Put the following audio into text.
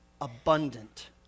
abundant